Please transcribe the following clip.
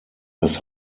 das